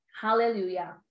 hallelujah